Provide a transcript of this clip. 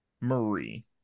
Marie